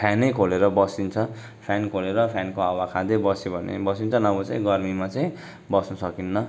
fan नै खोलेर बसिन्छ फ्यान खोलेर फ्यानको हावा खाँदै बस्यो भने बसिन्छ नभए चाहिँ गर्मीमा चाहिँ बस्नुसकिन्न